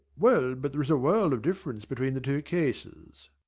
well, but there is a world of difference between the two cases